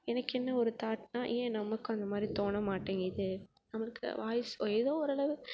எனக்கு என்ன தாட்ன்னால் ஏன் நமக்கு அந்தமாதிரி தோண மாட்டேங்கிறது அவங்க வாய்ஸ் எதோ ஓரளவு